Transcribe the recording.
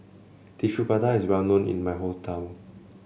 Tissue Prata is well known in my hometown